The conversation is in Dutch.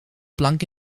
plank